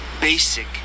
basic